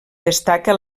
destaca